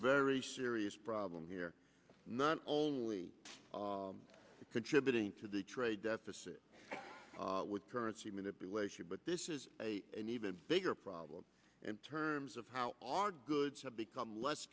very serious problem here not only contributing to the trade deficit with currency manipulation but this is a an even bigger problem in terms of how our goods have become less